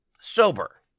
sober